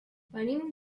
venim